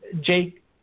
Jake